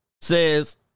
says